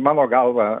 mano galva